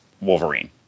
Wolverine